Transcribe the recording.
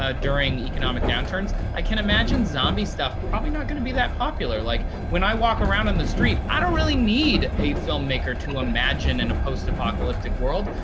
ah during economic downturns. i can imagine zombie stuff, probably not going to be that popular. like, when i walk around on the street, i don't really need a filmmaker to imagine in a post-apocalyptic world.